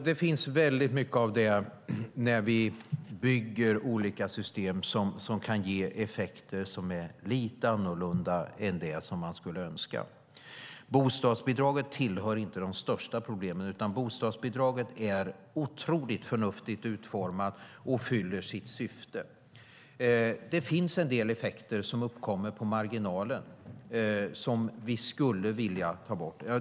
Herr talman! När vi bygger olika system finns det väldigt mycket som kan ge effekter som är lite annorlunda än man skulle önska. Bostadsbidraget tillhör inte de största problemen, för det är otroligt förnuftigt utformat och fyller sitt syfte. Det finns en del effekter som uppkommer på marginalen som vi skulle vilja ta bort.